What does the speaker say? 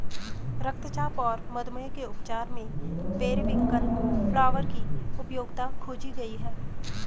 रक्तचाप और मधुमेह के उपचार में पेरीविंकल फ्लावर की उपयोगिता खोजी गई है